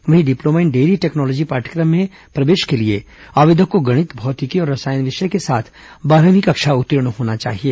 वहीं diploma in dairy technology पाठ्यक्रम में प्रवेश के लिए आवेदक को गणित भौतिकी और रसायन विषय के साथ बारहवीं कक्षा उत्तीर्ण होना चाहिए